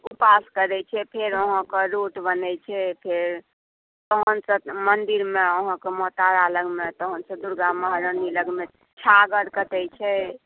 उपास करै छै फेर अहाँके रोट बनै छै फेर मन्दिरमे अहाँके माँ तारा लगमे तहन फेर दुर्गा महारानी लगमे छागर कटै छै